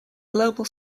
global